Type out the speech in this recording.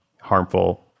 harmful